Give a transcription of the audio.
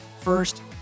first